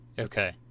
okay